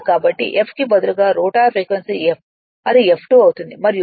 కాబట్టి f కి బదులుగా రోటర్ ఫ్రీక్వెన్సీ f అది F2 అవుతుంది మరియు F2 ఈ sf L అవుతుంది